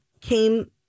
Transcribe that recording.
came